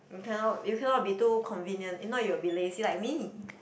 cannot you cannot be too convenient if not you will be lazy like me